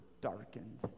darkened